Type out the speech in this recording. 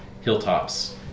hilltops